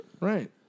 Right